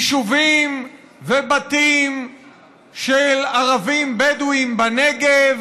יישובים ובתים של ערבים בדואים בנגב,